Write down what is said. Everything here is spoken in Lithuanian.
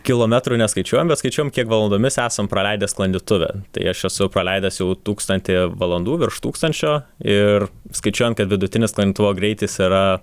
kilometrų neskaičiuojam bet skaičiuojam kiek valandomis esam praleidę sklandytuve tai aš esu praleidęs jau tūkstantį valandų virš tūkstančio ir skaičiuojant kad vidutinis sklandytuvo greitis yra